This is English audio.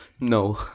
no